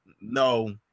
No